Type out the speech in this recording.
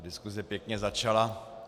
Diskuse pěkně začala.